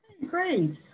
Great